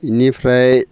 बेनिफ्राय